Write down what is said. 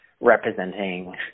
representing